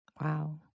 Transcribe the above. Wow